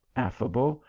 affa ble,